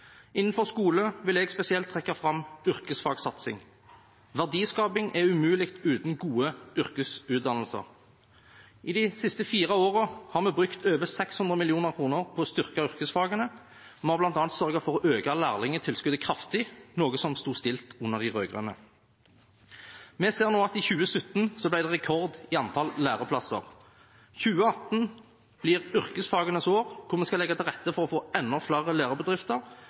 Innenfor skole vil jeg spesielt trekke fram yrkesfagsatsing. Verdiskaping er umulig uten gode yrkesutdannelser. De fire siste årene har vi brukt over 600 mill. kr på å styrke yrkesfagene. Vi har bl.a. sørget for å øke lærlingtilskuddet kraftig, noe som sto stille under de rød-grønne. Vi ser nå at det i 2017 ble rekord i antall læreplasser. 2018 blir yrkesfagenes år, hvor vi skal legge til rette for å få enda flere